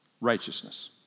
righteousness